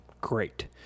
Great